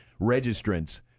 registrants